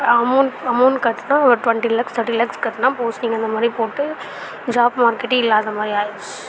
amount amount கட்டினா ஒரு twenty lakhs thirty lakhs கட்டினா போஸ்டிங் அந்தமாதிரி போட்டு ஜாப் மார்க்கெட்டே இல்லாதமாதிரி ஆயிருச்சு